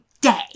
day